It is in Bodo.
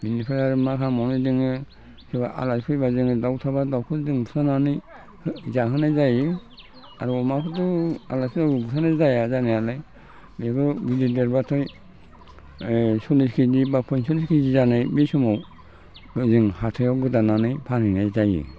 बेनिफ्राय आरो मा खालामबावनो जोङो सोरबा आलासि फैबा जोङो दाउ थाबा दाउखौ जों बुथारनानै जाहोनाय जायो आरो अमाफोरजों आलासि फैबा बुथारनाय जाया बुथारनायालाय बेफोर देरबाथाय सल्लिस केजि बा पन्सलिस केजि जानाय बै समाव जों हाथायाव गोदानानै फानहैनाय जायो